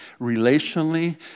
relationally